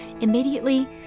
Immediately